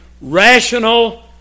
rational